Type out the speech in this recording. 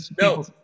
No